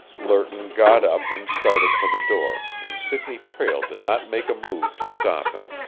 lerton got up and started for the door, and sidney prale did not make a move to stop him.